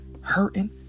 hurting